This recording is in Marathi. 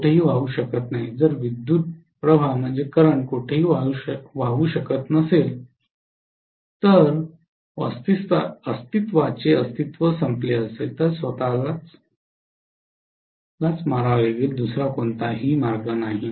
ते कोठेही वाहू शकत नाही जर विद्युत् प्रवाह कोठेही वाहू शकत नसेल तर अस्तित्वाचे अस्तित्व संपले असेल तर स्वत लाच मारावे लागेल दुसरा कोणताही मार्ग नाही